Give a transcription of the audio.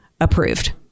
approved